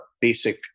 basic